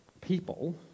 people